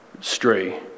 stray